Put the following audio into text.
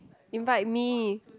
invite me